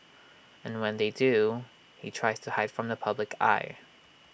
and when they do he tries to hide from the public eye